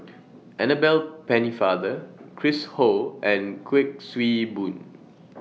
Annabel Pennefather Chris Ho and Kuik Swee Boon